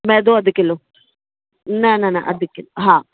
मैदो अधु किलो न न न अधु किलो हा